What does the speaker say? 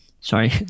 Sorry